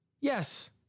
yes